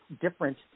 different